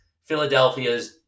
Philadelphia's